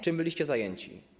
Czym byliście zajęci?